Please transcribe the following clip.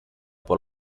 por